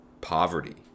poverty